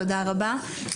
תודה רבה.